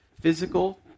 physical